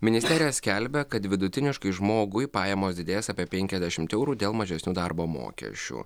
ministerija skelbia kad vidutiniškai žmogui pajamos didės apie penkiasdešimt eurų dėl mažesnių darbo mokesčių